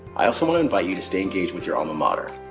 i also wanna invite you to stay engaged with your alma mater.